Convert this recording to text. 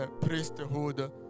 priesthood